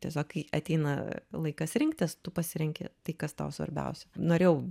tiesiog kai ateina laikas rinktis tu pasirenki tai kas tau svarbiausia norėjau